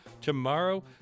Tomorrow